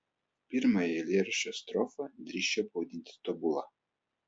pirmąją eilėraščio strofą drįsčiau pavadinti tobula